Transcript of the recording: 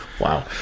Wow